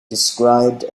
described